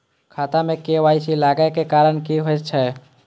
खाता मे के.वाई.सी लागै के कारण की होय छै?